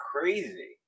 crazy